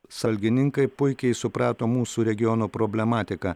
salgininkai puikiai suprato mūsų regiono problematiką